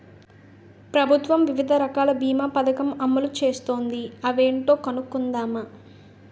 ప్రభుత్వం వివిధ రకాల బీమా పదకం అమలు చేస్తోంది అవేంటో కనుక్కుందామా?